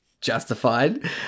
justified